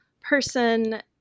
person